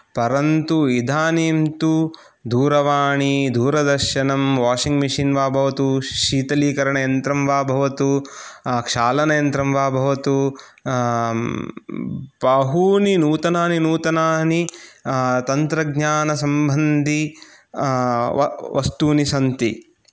परन्तु इदानीं तु दूरवाणी दूरदर्शनं वशिङ्ग् मशीन् वा भवतु शीतलिकरणयन्त्रं वा भवतु क्षालनयन्त्रं वा भवतु बहूनि नूतनानि नूतनानि तत्रज्ञानसम्बन्धिनी वस्तूनि सन्ति